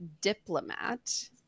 diplomat